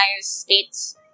states